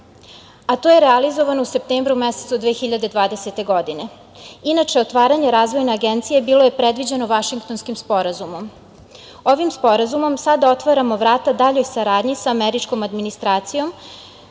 a to je realizovano u septembru mesecu 2020. godine. Inače, otvaranje Razvojne agencije bilo je predviđeno Vašingtonskim sporazumom. Ovim Sporazumom sada otvaramo vrata daljoj saradnji sa američkom administracijom,